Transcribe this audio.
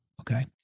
Okay